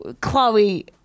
Chloe